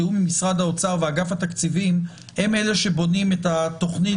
בתיאום עם משרד האוצר ואגף התקציבים הם אלה שבונים את התוכנית,